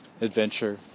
adventure